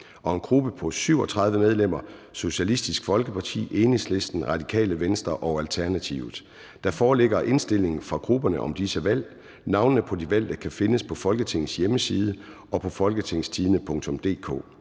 og en gruppe på 37 medlemmer: Socialistisk Folkeparti, Enhedslisten, Radikale Venstre og Alternativet. Der foreligger indstilling fra grupperne om disse valg. Navnene på de valgte kan findes på Folketingets hjemmeside og på www.folketingstidende.dk